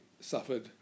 suffered